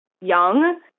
young